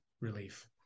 relief